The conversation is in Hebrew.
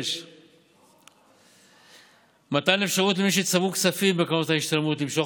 6. מתן אפשרות למי שצברו כספים בקרנות השתלמות למשוך